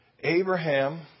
Abraham